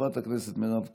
חברת הכנסת מירב כהן,